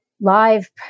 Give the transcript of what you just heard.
live